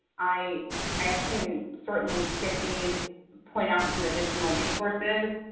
i i can certainly skip these point out some additional resources.